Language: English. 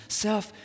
self